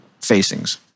facings